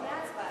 לפני ההצבעה.